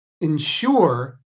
ensure